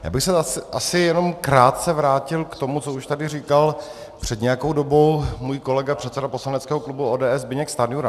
Já bych se asi jenom krátce vrátil k tomu, co už tady říkal před nějakou dobou můj kolega, předseda poslaneckého klubu ODS Zbyněk Stanjura.